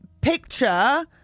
picture